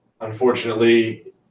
unfortunately